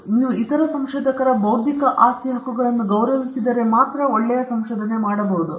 ಮತ್ತು ನೀವು ಇತರ ಸಂಶೋಧಕರ ಬೌದ್ಧಿಕ ಆಸ್ತಿ ಹಕ್ಕುಗಳನ್ನು ಗೌರವಿಸಿದರೆ ಮಾತ್ರ ಇದನ್ನು ಮಾಡಬಹುದು